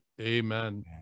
amen